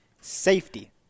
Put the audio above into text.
Safety